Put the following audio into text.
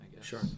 Sure